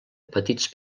petits